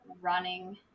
running